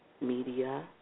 Media